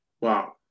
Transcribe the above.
Wow